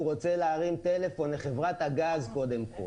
הוא רוצה להרים טלפון לחברת הגז קודם כל,